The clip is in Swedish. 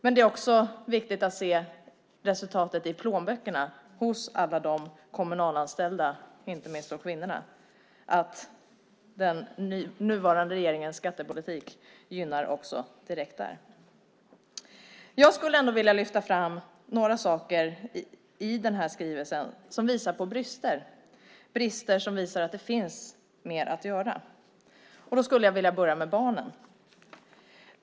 Men det är också viktigt att se resultatet i plånböckerna hos alla de kommunalanställda, inte minst kvinnorna. Den nuvarande regeringens skattepolitik gynnar dem också direkt där. Jag skulle ändå vilja lyfta fram några saker i den här skrivelsen som visar på brister, brister som visar att det finns mer att göra. Då skulle jag vilja börja med barnen.